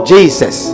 Jesus